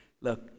Look